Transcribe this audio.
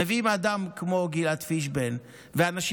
מביאים אדם כמו גלעד פישביין ואנשים